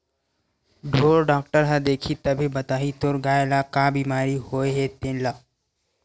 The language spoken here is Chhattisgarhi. ढ़ोर डॉक्टर ह देखही तभे बताही तोर गाय ल का बिमारी होय हे तेन ल